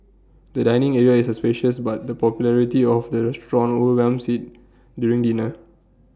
the dining area is spacious but the popularity of the restaurant overwhelms IT during dinner